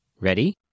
Ready